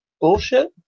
bullshit